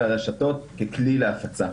והרשתות ככלי להפצה.